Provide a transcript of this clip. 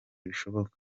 bishoboka